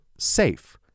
safe